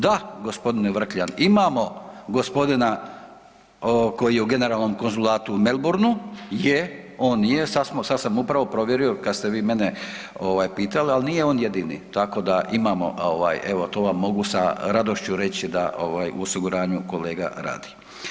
Da g. Vrkljan, imamo gospodina koji je u generalnom Konzulatu u Melbourneu je, on je, sad smo, sad sam upravo provjerio kad ste vi mene ovaj pitali, al nije on jedini, tako da imamo ovaj evo to vam mogu sa radošću reći da ovaj u osiguranju kolega radi.